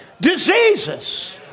Diseases